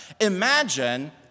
Imagine